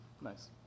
Nice